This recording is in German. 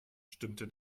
stimmte